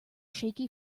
shaky